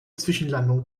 zwischenlandungen